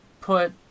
put